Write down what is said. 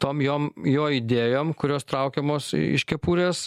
tom jom jo idėjom kurios traukiamos iš kepurės